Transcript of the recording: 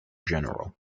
general